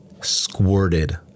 squirted